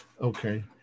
Okay